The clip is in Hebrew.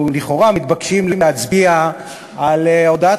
אנחנו לכאורה מתבקשים להצביע על הודעת